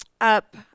up